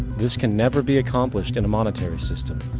this can never be accomplished in a monetary system,